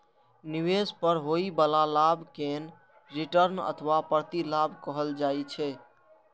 निवेश पर होइ बला लाभ कें रिटर्न अथवा प्रतिलाभ कहल जाइ छै